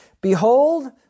Behold